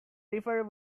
river